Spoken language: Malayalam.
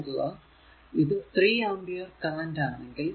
നോക്കുക ഇത് 3 ആമ്പിയർ കറന്റ് ആണെങ്കിൽ